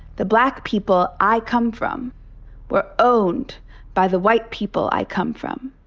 the black people i come from were owned by the white people i come from.